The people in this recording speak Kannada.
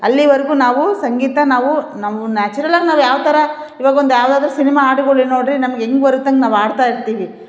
ಅಲ್ಲಿವರೆಗೂ ನಾವೂ ಸಂಗೀತ ನಾವೂ ನಾವು ನ್ಯಾಚುರಲ್ಲಾಗಿ ನಾವು ಯಾವಥರ ಇವಾಗ ಒಂದು ಯಾವ್ದಾದರೂ ಸಿನಿಮಾ ಹಾಡುಗಳೆ ನೋಡಿರಿ ನಮ್ಗೆ ಹೇಗ್ ಬರುತ್ತೆ ಹಾಗ್ ಹಾಡ್ತಾ ಇರ್ತೀವಿ